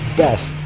best